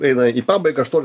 eina į pabaigą aš noriu